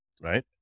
right